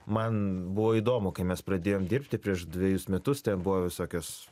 man buvo įdomu kai mes pradėjom dirbti prieš dvejus metus ten buvo visokios